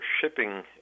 shipping